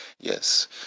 Yes